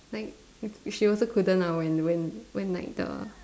like she also couldn't lah when when when like the